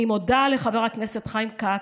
אני מודה לחבר הכנסת חיים כץ,